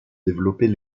développer